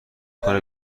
کنه